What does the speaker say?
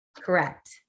Correct